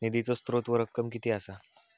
निधीचो स्त्रोत व रक्कम कीती असा?